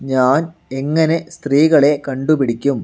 ഞാൻ എങ്ങനെ സ്ത്രീകളെ കണ്ടുപിടിക്കും